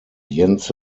jens